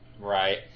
Right